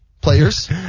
players